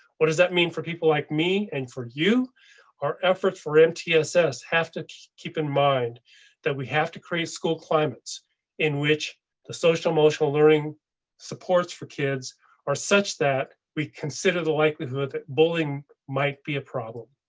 what does that mean for people like me and for you or effort for mtss have to keep in mind that we have to create school climates in which the social emotional learning supports for kids are such that we consider the likelihood that bullying might be a problem.